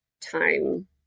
time